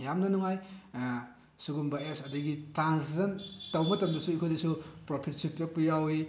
ꯌꯥꯝꯅ ꯅꯨꯡꯉꯥꯏ ꯁꯤꯒꯨꯝꯕ ꯑꯦꯞꯁ ꯑꯗꯒꯤ ꯇ꯭ꯔꯥꯟꯖꯦꯛꯁꯟ ꯇꯧꯕ ꯃꯇꯝꯗꯁꯨ ꯑꯩꯈꯣꯏꯗꯁꯨ ꯄ꯭ꯔꯣꯐꯤꯠꯁꯨ ꯄꯤꯔꯛꯄ ꯌꯥꯎꯏ